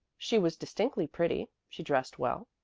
she was distinctly pretty, she dressed well,